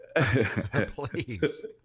Please